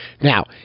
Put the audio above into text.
Now